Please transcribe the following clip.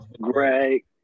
Greg